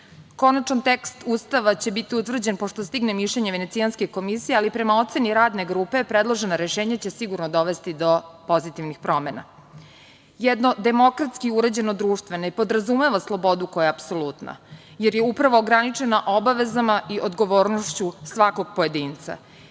Konačan tekst Ustava će biti utvrđen pošto stigne mišljenje Venecijanske komisije, ali prema oceni Radne grupe predložena rešenja će sigurno dovesti do pozitivnih promena. Jedno demokratski uređeno društveno ne podrazumeva slobodu koja je apsolutno, jer je upravo ograničena obavezama i odgovornošću svakog pojedinca.